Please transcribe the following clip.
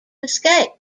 escape